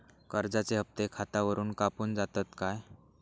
कर्जाचे हप्ते खातावरून कापून जातत काय?